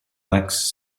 lacks